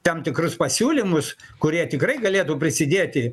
tam tikrus pasiūlymus kurie tikrai galėtų prisidėti